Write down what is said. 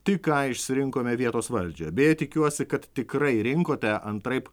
tik ką išsirinkome vietos valdžią beje tikiuosi kad tikrai rinkote antraip